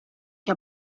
che